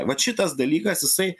vat šitas dalykas jisai